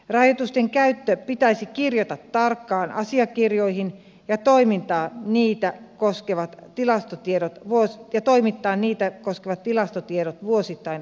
rajoitusten käyttö pitäisi kirjata tarkkaan asiakirjoihin ja toimittaa niitä koskevat tilastotiedot pois ja toimittaa niitä koskevat tilastotiedot vuosittain aluehallintovirastolle